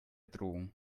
drohung